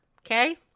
okay